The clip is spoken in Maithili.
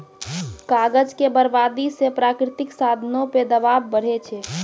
कागज के बरबादी से प्राकृतिक साधनो पे दवाब बढ़ै छै